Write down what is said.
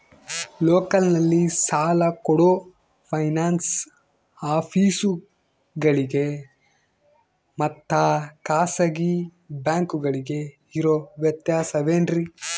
ಲೋಕಲ್ನಲ್ಲಿ ಸಾಲ ಕೊಡೋ ಫೈನಾನ್ಸ್ ಆಫೇಸುಗಳಿಗೆ ಮತ್ತಾ ಖಾಸಗಿ ಬ್ಯಾಂಕುಗಳಿಗೆ ಇರೋ ವ್ಯತ್ಯಾಸವೇನ್ರಿ?